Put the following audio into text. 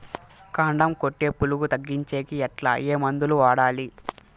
కాండం కొట్టే పులుగు తగ్గించేకి ఎట్లా? ఏ మందులు వాడాలి?